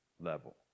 level